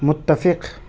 متفق